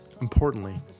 importantly